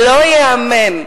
לא ייאמן.